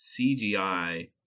CGI